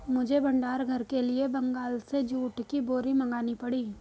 मुझे भंडार घर के लिए बंगाल से जूट की बोरी मंगानी पड़ी